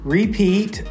repeat